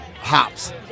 hops